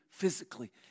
Physically